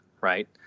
right